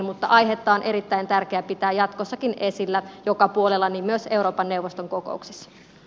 mutta aihetta on erittäin tärkeää pitää jatkossakin esillä joka puolella niin myös euroopan neuvoston kokouksissa